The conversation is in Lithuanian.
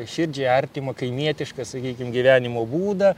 širdžiai artimą kaimietišką sakykim gyvenimo būdą